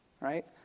right